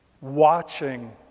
Watching